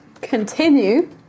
continue